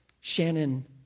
Shannon